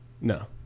No